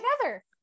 together